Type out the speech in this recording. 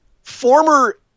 Former